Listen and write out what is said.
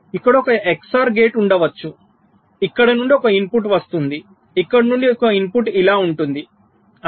ఇక్కడ ఒక XOR gate ఉండవచ్చుఇక్కడ నుండి ఒక ఇన్పుట్ వస్తుంది ఇక్కడ నుండి ఒక ఇన్పుట్ ఇలా ఉంటుందిఅలా